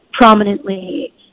prominently